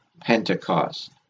Pentecost